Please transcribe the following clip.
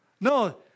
no